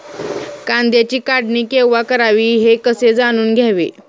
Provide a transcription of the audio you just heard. कांद्याची काढणी केव्हा करावी हे कसे जाणून घ्यावे?